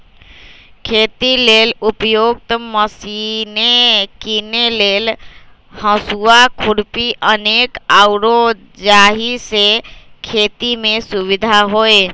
खेती लेल उपयुक्त मशिने कीने लेल हसुआ, खुरपी अनेक आउरो जाहि से खेति में सुविधा होय